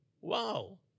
Wow